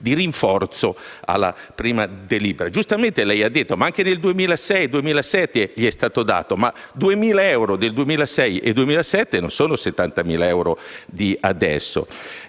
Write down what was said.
di rinforzo della prima. Giustamente lei ha detto che anche nel 2006 e 2007 gli è stato dato, ma i 2.000 euro nel 2006 e 2007 non sono i 70.000 euro di adesso.